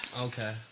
Okay